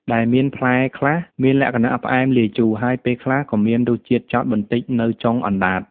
ដែលមានផ្លែខ្លះ មានលក្ខណៈផ្អែមលាយជូរ ហើយពេលខ្លះក៏មានរសជាតិចត់បន្តិចនៅចុងអណ្តាត ។